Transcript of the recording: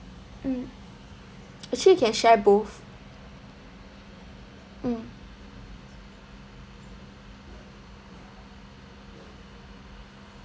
mm actually can share both mm